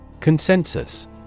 Consensus